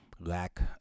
lack